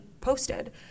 posted